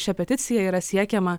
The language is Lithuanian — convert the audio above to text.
šia peticija yra siekiama